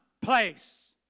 place